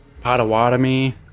Potawatomi